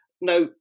Now